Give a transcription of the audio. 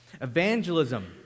Evangelism